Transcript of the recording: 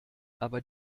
aber